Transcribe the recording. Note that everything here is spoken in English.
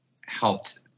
helped